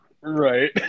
Right